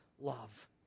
love